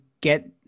get